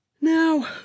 now